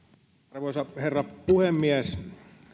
arvoisa herra puhemies